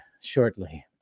Shortly